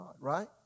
right